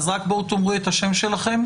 אז תאמרו את שמכן,